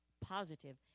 positive